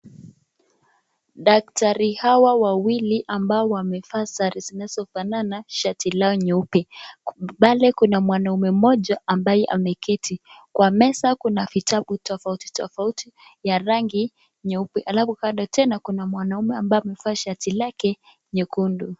Daktari hawa wawili ambao wamevaa sare zinazofanana shati lao nyeupe ,pale kuna mwanaume mmoja ambaye ameketi Kwa meza kuna vitabu tofauti tofauti ya rangi nyeupe halafu Kando tena kuna mwanaume ambaye amevaa shati lake nyekundu.